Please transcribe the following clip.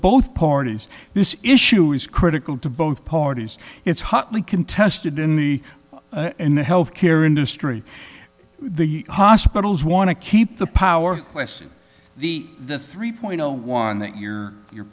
both parties this issue is critical to both parties it's hotly contested in the in the health care industry the hospitals want to keep the power question the the three point zero one that you're you're